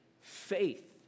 faith